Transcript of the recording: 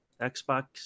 Xbox